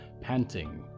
panting